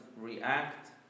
react